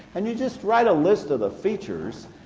and you just write a list of the features,